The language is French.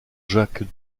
jacques